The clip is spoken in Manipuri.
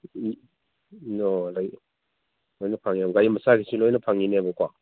ꯎꯝ ꯑꯣ ꯂꯣꯏꯅ ꯐꯪꯉꯦ ꯒꯥꯔꯤ ꯃꯆꯥꯒꯤꯁꯨ ꯂꯣꯏꯅ ꯐꯪꯒꯅꯦꯕꯀꯣ